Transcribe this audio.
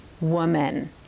woman